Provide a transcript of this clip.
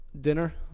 dinner